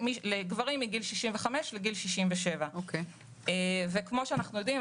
ולגברים העלאה מגיל 65 לגיל 67. כפי שאנחנו יודעים,